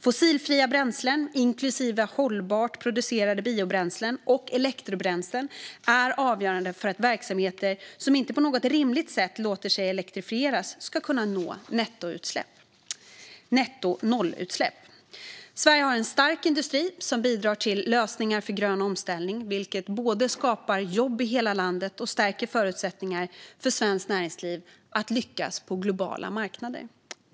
Fossilfria bränslen, inklusive hållbart producerade biobränslen och elektrobränslen, är avgörande för att verksamheter som inte på något rimligt sätt låter sig elektrifieras ska kunna nå nettonollutsläpp. Sverige har en stark industri som bidrar till lösningar för grön omställning, vilket både skapar jobb i hela landet och stärker förutsättningarna för svenskt näringsliv att lyckas på globala marknader.